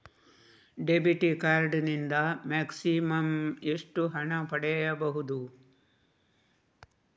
Debit card ನಿಂದ maximum ಎಷ್ಟು ಹಣ ಪಡೆಯಬಹುದು?